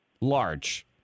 Large